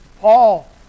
Paul